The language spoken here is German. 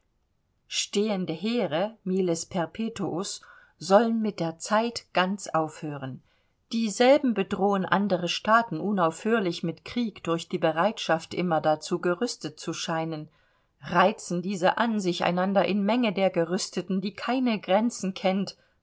stehende heere miles perpetuus sollen mit der zeit ganz aufhören dieselben bedrohen andere staaten unaufhörlich mit krieg durch die bereitschaft immer dazu gerüstet zu scheinen reizen diese an sich einander in menge der gerüsteten die keine grenzen kennt